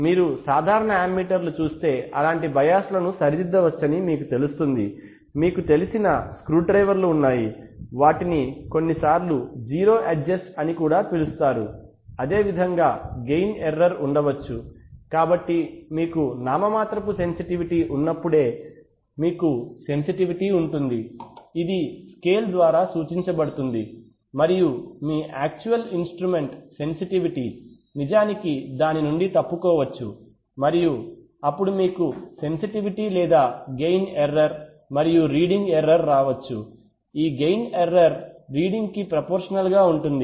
మీరు సాధారణ అమ్మీటర్లు చూస్తే అలాంటి బయాస్ లను సరిదిద్దవచ్చని మీకు తెలుస్తుంది మీకు తెలిసిన స్క్రూడ్రైవర్లు ఉన్నాయి వాటిని కొన్నిసార్లు జీరో అడ్జస్ట్ అని కూడా పిలుస్తారు అదేవిధంగా గెయిన్ ఎర్రర్ ఉండవచ్చు కాబట్టి మీకు నామమాత్రపు సెన్సిటివిటీ ఉన్నప్పుడే మీకు సెన్సిటివిటీ ఉంటుంది ఇది స్కేల్ ద్వారా సూచించబడుతుంది మరియు మీ యాక్చువల్ ఇన్స్ట్రుమెంట్ సెన్సిటివిటీ నిజానికి దాని నుండి తప్పుకోవచ్చు మరియు అప్పుడు మీకు సెన్సిటివిటీ లేదా గెయిన్ ఎర్రర్ మరియు రీడింగ్ ఎర్రర్ రావచ్చు ఈ గెయిన్ ఎర్రర్ రీడింగ్ కి ప్రపోర్షనల్ గా ఉంటుంది